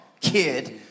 kid